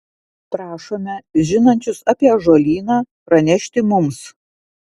prašome žinančius apie ąžuolyną pranešti mums